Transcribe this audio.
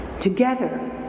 Together